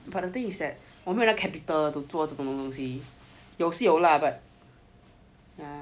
but the thing is that 我没有那个 capital to 做这种东西有是有 lah but